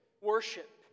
worship